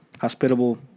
hospitable